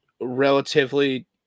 relatively